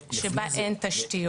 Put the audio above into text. שבה אין תשתיות.